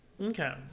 Okay